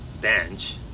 bench